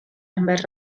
envers